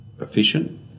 efficient